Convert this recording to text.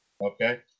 Okay